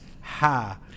ha